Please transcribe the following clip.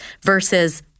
versus